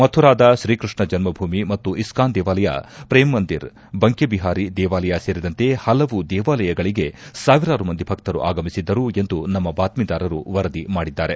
ಮಥುರಾದ ಶ್ರೀಕ್ಷಷ್ಣ ಜನ್ಮಭೂಮಿ ಮತ್ತು ಇಸ್ನಾನ್ ದೇವಾಲಯ ಪ್ರೇಮ್ ಮಂದಿರ್ ಬಂಕೆಬಿಹಾರಿ ದೇವಾಲಯ ಸೇರಿದಂತೆ ಹಲವು ದೇವಾಲಯಗಳಿಗೆ ಸಾವಿರಾರು ಮಂದಿ ಭಕ್ತರು ಆಗಮಿಸಿದ್ದರು ಎಂದು ನಮ್ಮ ಬಾತ್ವೀದಾರರು ವರದಿ ಮಾಡಿದ್ದಾರೆ